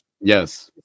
yes